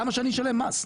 למה שאני אשלם מס?